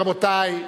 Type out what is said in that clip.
רבותי,